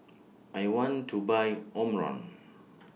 I want to Buy Omron